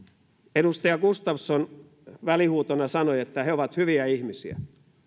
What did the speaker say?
edustaja gustafsson välihuutona sanoi että he ovat hyviä ihmisiä